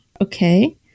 Okay